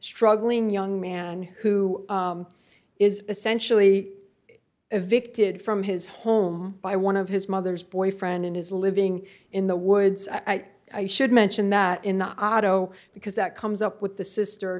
struggling young man who is essentially evicted from his home by one of his mother's boyfriend in his living in the woods i i should mention that in the audio because that comes up with the sister